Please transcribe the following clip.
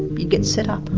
you'd get set up.